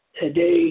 today